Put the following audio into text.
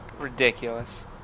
Ridiculous